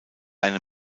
eine